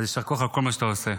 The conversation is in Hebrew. יישר כוח על כל מה שאתה עושה.